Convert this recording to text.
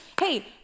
hey